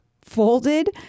folded